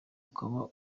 ukaba